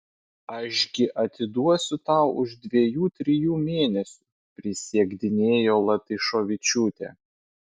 aš gi atiduosiu tau už dviejų trijų mėnesių prisiekdinėjo latyšovičiūtė